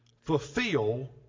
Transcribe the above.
Fulfill